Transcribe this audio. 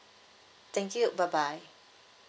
thank you bye bye